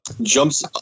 jumps